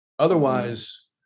Otherwise